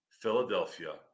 Philadelphia